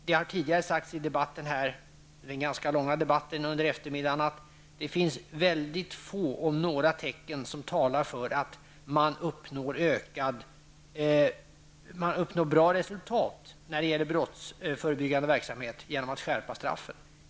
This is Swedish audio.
Det har tidigare sagts under eftermiddagens ganska långa debatt att det finns mycket få, om ens några tecken som talar för att man uppnår bra resultat i brottsförebyggande verksamhet genom att skärpa straffen.